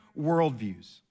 worldviews